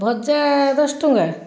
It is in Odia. ଭଜା ଦଶ ଟଙ୍କା